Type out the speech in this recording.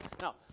Now